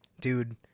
Dude